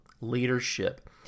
leadership